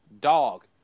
Dog